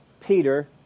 Peter